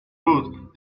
route